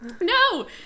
No